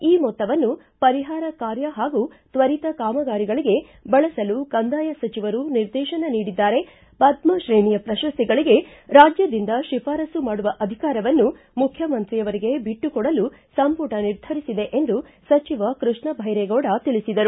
ಈ ಮೊತ್ತವನ್ನು ಪರಿಹಾರ ಕಾರ್ಯ ಹಾಗೂ ತ್ವರಿತ ಕಾಮಗಾರಿಗಳಿಗೆ ಬಳಸಲು ಕಂದಾಯ ಸಚಿವರು ನಿರ್ದೇಶನ ನೀಡಿದ್ದಾರೆ ಪದ್ಮ ತ್ರೇಣಿಯ ಪ್ರಶ್ತುಗಳಿಗೆ ರಾಜ್ಯದಿಂದ ಶಿಫಾರಸ್ಲು ಮಾಡುವ ಅಧಿಕಾರವನ್ನು ಮುಖ್ಯಮಂತ್ರಿಯವರಿಗೆ ಬಿಟ್ಟು ಕೊಡಲು ಸಂಪುಟ ನಿರ್ಧರಿಸಿದೆ ಎಂದು ಸಚಿವ ಕೃಷ್ಣ ಬೈರೇಗೌಡ ತಿಳಿಸಿದರು